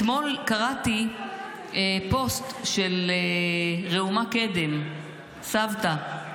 אתמול קראתי פוסט של ראומה קדם, סבתא.